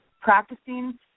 Practicing